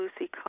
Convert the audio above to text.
Lucy